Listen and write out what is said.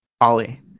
Ollie